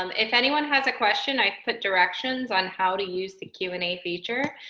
um if anyone has a question i put directions on how to use the q and a feature.